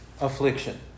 affliction